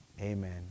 Amen